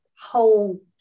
whole